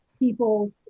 people